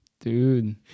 Dude